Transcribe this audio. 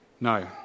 No